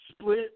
Split